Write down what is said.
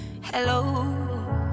Hello